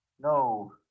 no